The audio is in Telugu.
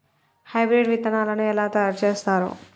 హైబ్రిడ్ విత్తనాలను ఎలా తయారు చేస్తారు?